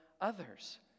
others